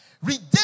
Redemption